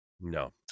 No